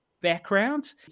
background